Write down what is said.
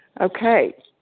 Okay